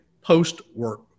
post-work